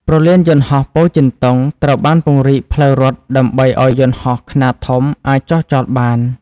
ព្រលានយន្តហោះពោធិ៍ចិនតុងត្រូវបានពង្រីកផ្លូវរត់ដើម្បីឱ្យយន្តហោះខ្នាតធំអាចចុះចតបាន។